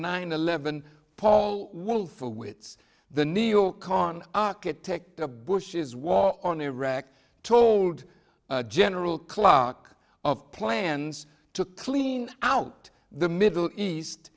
nine eleven paul wolfowitz the new york con architect a bush's war on iraq told general clark of plans to clean out the middle east